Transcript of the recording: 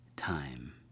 time